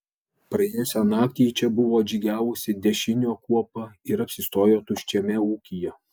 praėjusią naktį į čia buvo atžygiavusi dešinio kuopa ir apsistojo tuščiame ūkyje